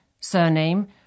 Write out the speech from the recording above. surname